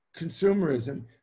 consumerism